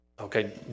okay